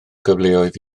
gyfleoedd